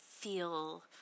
feel